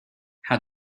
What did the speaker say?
how